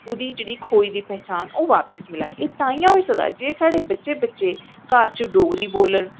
ओह्दी जेह्ड़ी खोई दी पैहचान ऐ ओह् वापिस मिलै एह् तांहयैं होई सकदा जिसलै साढ़े बच्चे घर च डोगरी बोलन